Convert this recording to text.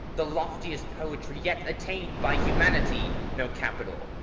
the loftiest poetry yet attained by humanity, no capital?